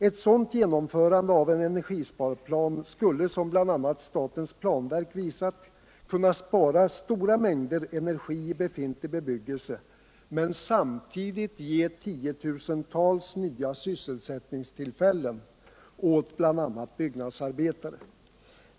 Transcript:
Ett sådant genomförande av en energisparplan skulle, som bl.a. statens planverk visat, kunna spara stora mängder : energi i befintlig bebyggelse och samtidigt ge tiotusentals nya svsselsättnings tillfällen åt bl.a. byggnadsarbetare.